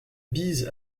bise